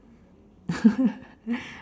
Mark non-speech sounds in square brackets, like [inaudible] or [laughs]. [laughs]